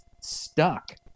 stuck